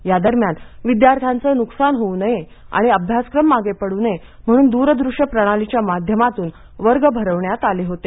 या दरम्यान विध्यार्थ्याचं नुकसान होऊ नये आणि अभ्यासक्रम मागे पडू नये म्हणून दूरदृश्य प्रणालीच्या माध्यमातून वर्ग भरवण्यात आले होते